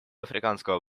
африканского